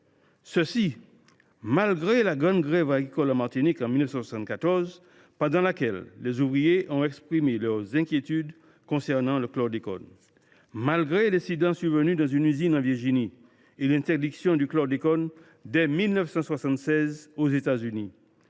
ce malgré la grande grève agricole de 1974 en Martinique, pendant laquelle les ouvriers ont exprimé leurs inquiétudes concernant le chlordécone, malgré l’incident survenu dans une usine en Virginie et l’interdiction du chlordécone dès 1976 aux États Unis,